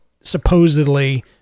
supposedly